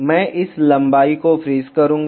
मैं इस लंबाई को फ्रीज करूंगा